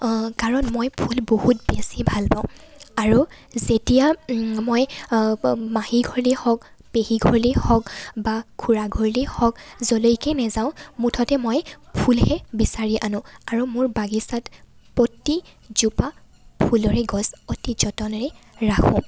কাৰণ মই ফুল বহুত বেছি ভাল পাওঁ আৰু যেতিয়া মই মাহীৰ ঘৰলে হওক পেহীৰ ঘৰলেই হওক বা খুড়া ঘৰলে হওক য'লৈকে নাযাওঁ মুঠতে মই ফুলহে বিচাৰি আনো আৰু মোৰ বাগিচাত প্ৰতিজোপা ফুলৰে গছ অতি যতনেৰে ৰাখোঁ